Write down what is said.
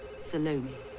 salome.